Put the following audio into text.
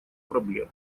проблем